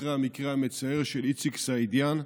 אחרי המקרה המצער של איציק סעידיאן,